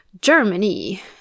Germany